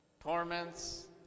torments